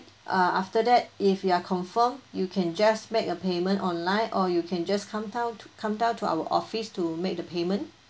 uh after that if you are confirmed you can just make a payment online or you can just come down to come down to our office to make the payment